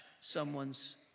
someone's